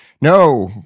No